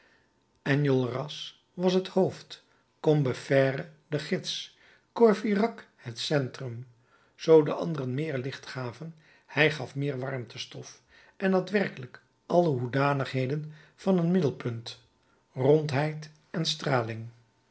enjolras was het hoofd combeferre de gids courfeyrac het centrum zoo de anderen meer licht gaven hij gaf meer warmtestof en had werkelijk alle hoedanigheden van een middelpunt rondheid en straling